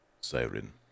siren